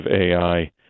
AI